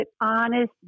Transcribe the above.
honest